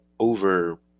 over